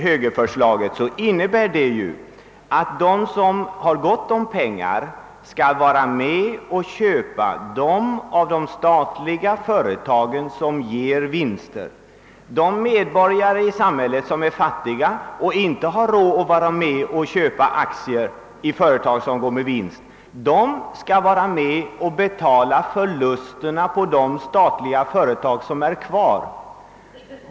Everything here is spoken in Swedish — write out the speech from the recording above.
Högerförslaget innebär att de som har gott om pengar skall få köpa aktier i de statliga företag som ger vinst, medan de medborgare, som är fattiga och inte har råd att köpa aktier i sådana företag, får vara med och betala förlusterna på de statliga företag som sedan finns kvar.